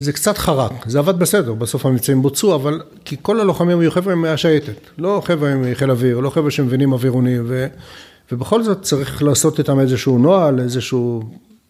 זה קצת חרק, זה עבד בסדר בסוף המבצעים בוצעו אבל כי כל הלוחמים היו חברים מהשייטת לא חברים חיל אוויר לא חברים שמבינים אווירונים, ובכל זאת צריך לעשות איתם איזשהו נוהל, איזשהו